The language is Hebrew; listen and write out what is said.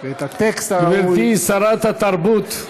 ואת הטקסט הראוי, גברתי שרת התרבות.